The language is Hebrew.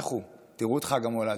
לכו, תראו את חג המולד.